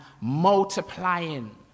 multiplying